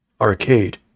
Arcade